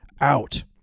out